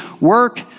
work